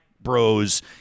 bros